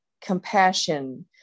compassion